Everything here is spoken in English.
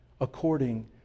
according